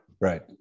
Right